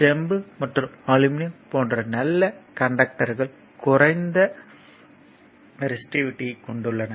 செம்பு மற்றும் அலுமினியம் போன்ற நல்ல கண்டக்டர்கள் குறைந்த ரெசிஸ்டிவிட்டியைக் கொண்டுள்ளன